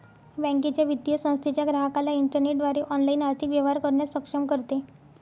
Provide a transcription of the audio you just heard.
बँकेच्या, वित्तीय संस्थेच्या ग्राहकाला इंटरनेटद्वारे ऑनलाइन आर्थिक व्यवहार करण्यास सक्षम करते